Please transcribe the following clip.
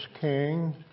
King